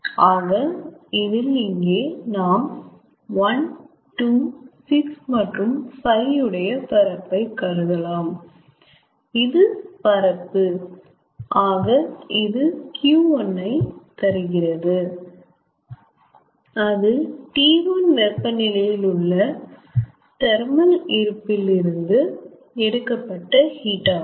ஆக இதில் இங்கே நாம் 1 2 6 மற்றும் 5 உடைய பரப்பை கருதலாம் இது பரப்பு ஆக இது Q1 கொடுக்கிறது அது T1 வெப்பநிலையில் உள்ள தெர்மல் இருப்பில் இருந்து எடுக்கப்பட்ட ஹீட் ஆகும்